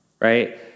right